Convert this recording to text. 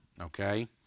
okay